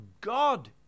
God